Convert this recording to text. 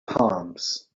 palms